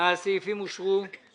אין